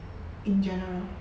in general